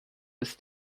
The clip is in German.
ist